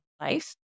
life